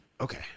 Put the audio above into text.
Okay